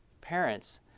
parents